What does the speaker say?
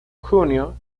jun